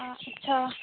ᱚ ᱟᱪᱪᱷᱟ